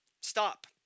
stop